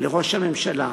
לראש הממשלה,